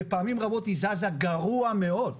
בפעמים רבות היא זזה גרוע מאוד.